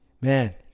man